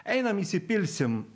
einam įsipilsim